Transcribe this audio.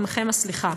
עמכם הסליחה.